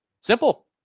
Simple